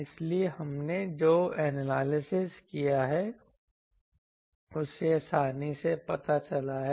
इसलिए हमने जो एनालिसिस किया है उससे आसानी से पता चला है